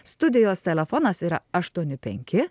studijos telefonas yra aštuoni penki